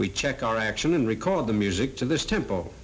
we check our action in recall of the music to this temple